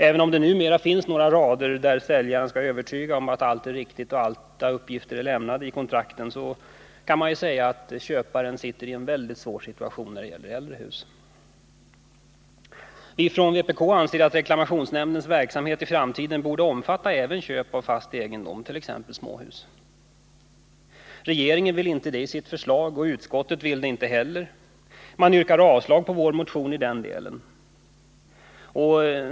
Även om det numera finns några rader i kontrakten där säljaren skall övertyga om att allt är riktigt och att alla uppgifter är sanna, så kan man säga att köparen sitter i en mycket svår situation när det gäller äldre hus. Vi anser från vpk att reklamationsnämndens verksamhet i framtiden borde omfatta även köp av fast egendom, t.ex. småhus. Regeringen vill inte tillstyrka detta i sitt förslag, och det vill inte utskottet heller. Man avstyrker vår motion i den delen.